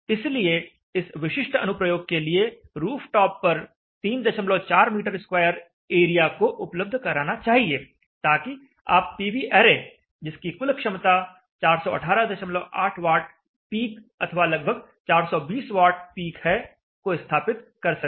इसलिए इस विशिष्ट अनुप्रयोग के लिए रूफटॉप पर 34 मीटर स्क्वेयर एरिया को उपलब्ध कराना चाहिए ताकि आप पीवी ऐरे जिसकी कुल क्षमता 4188 वाट पीक अथवा लगभग 420 वाट पीक है को स्थापित कर सकें